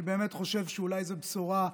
אני באמת חושב שאולי זו בשורה,